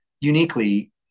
uniquely